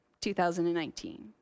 2019